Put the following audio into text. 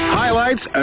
highlights